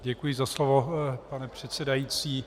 Děkuji za slovo, pane předsedající.